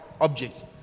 objects